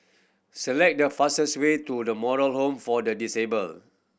select the fastest way to The Moral Home for the Disabled